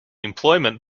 employment